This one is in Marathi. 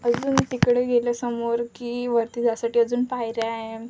अजून तिकडे गेले समोर की वरती जायसाठी अजून पायऱ्या आहे